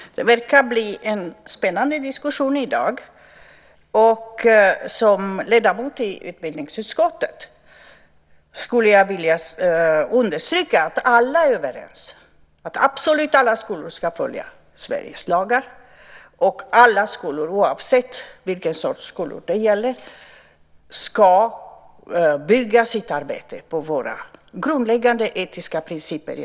Fru talman! Det verkar bli en spännande diskussion i dag. Som ledamot i utbildningsutskottet skulle jag vilja understryka att alla är överens om att absolut alla skolor ska följa Sveriges lagar och att alla skolor, oavsett vilken sorts skolor det är, ska bygga sitt arbete på våra grundläggande etiska principer.